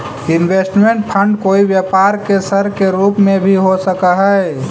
investment fund कोई व्यापार के सर के रूप में भी हो सकऽ हई